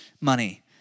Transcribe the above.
money